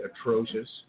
atrocious